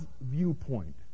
viewpoint